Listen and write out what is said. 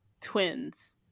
twins